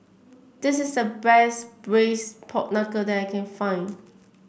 this is the best Braised Pork Knuckle that I can find